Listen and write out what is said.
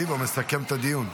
מסכם את הדיון.